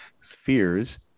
fears